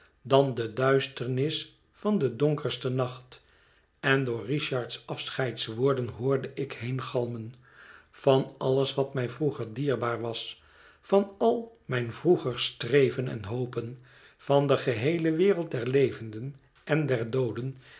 dan de duisternis van den donkersten nacht en door richard's afscheidswoorden hoorde ik heengalmen van alles wat mij vroeger dierbaar was van al mijn vroeger streven en hopen van de geheele wereld der levenden en der dooden